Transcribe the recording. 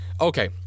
okay